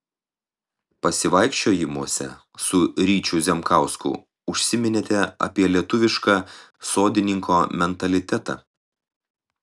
pasivaikščiojimuose su ryčiu zemkausku užsiminėte apie lietuvišką sodininko mentalitetą